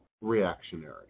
reactionary